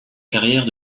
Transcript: carrière